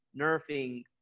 nerfing